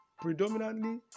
predominantly